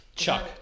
Chuck